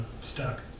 stuck